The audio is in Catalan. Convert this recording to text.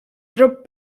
tot